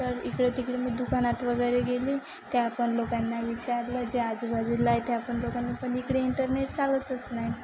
तर इकडे तिकडे मी दुकानात वगैरे गेले त्या पण लोकांना विचारलं जे आजूबाजूला आहे त्या पण लोकांनी पण इकडे इंटरनेट चालतच नाही